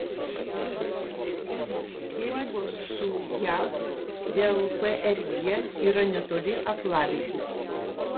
rusija derybos su jav dėl prg yra netoli aklavietės